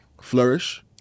flourish